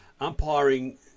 umpiring